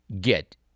get